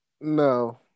No